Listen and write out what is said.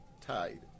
tied